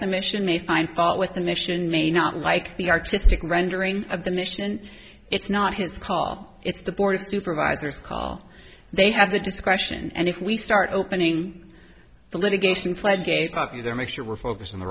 the mission may find fault with the mission may not like the artistic rendering of the mission it's not his call it's the board of supervisors call they have the discretion and if we start opening the litigation floodgate of either make sure we're focused on the